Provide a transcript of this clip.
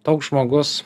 toks žmogus